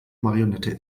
marionette